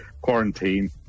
quarantine